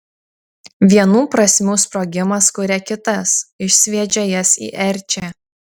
vienų prasmių sprogimas kuria kitas išsviedžia jas į erčią